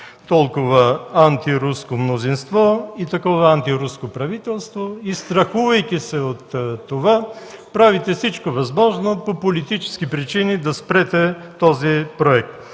толкова антируско мнозинство и такова антируско правителство. Страхувайки се от това правите всичко възможно по политически причини да спрете този проект.